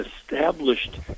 established